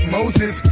Moses